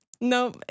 No